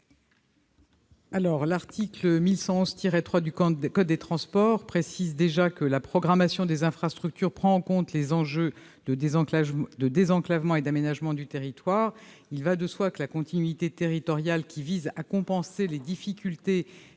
L'article 1111-3 du code des transports précise déjà que la programmation des infrastructures prend en compte les enjeux de désenclavement et d'aménagement du territoire. Il va de soi que la continuité territoriale, qui vise à compenser les difficultés